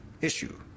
issue